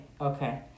Okay